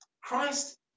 Christ